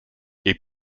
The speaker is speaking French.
est